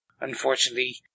unfortunately